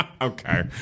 Okay